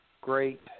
great